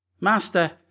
Master